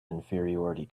inferiority